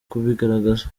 kubigaragaza